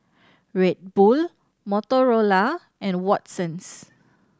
Red Bull Motorola and Watsons